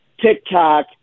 TikTok